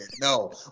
No